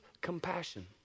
compassion